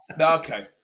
okay